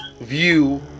view